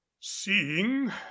seeing